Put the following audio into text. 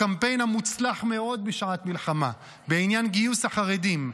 הקמפיין המוצלח מאוד בשעת מלחמה בעניין גיוס החרדים,